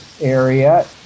area